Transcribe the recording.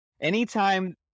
anytime